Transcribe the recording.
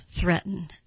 threaten